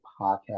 podcast